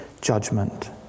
judgment